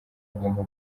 agomba